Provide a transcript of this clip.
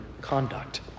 conduct